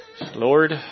Lord